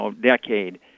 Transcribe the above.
decade